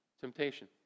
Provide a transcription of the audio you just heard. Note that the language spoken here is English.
temptation